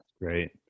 Great